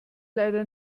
leider